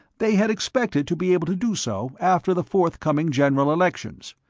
they had expected to be able to do so after the forthcoming general elections.